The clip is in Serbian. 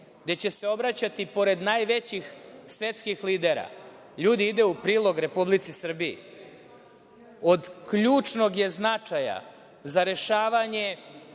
gde će se obraćati pored najvećih svetskih lidera, ide u prilog Republici Srbiji. Od ključnog je značaja za rešavanje